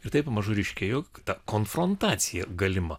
ir taip pamažu ryškėja jog ta konfrontacija galima